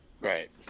Right